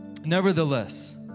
nevertheless